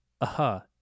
Aha